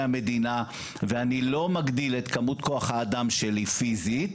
המדינה ואני לא מגדיל את כמות כוח האדם שלי פיסית,